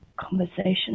conversation